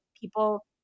people